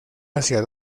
hacia